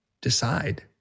decide